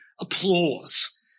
applause